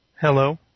Hello